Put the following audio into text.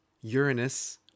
Uranus